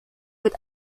wird